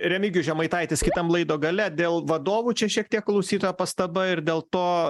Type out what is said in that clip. remigijus žemaitaitis kitam laido gale dėl vadovų čia šiek tiek klausytoja pastaba ir dėl to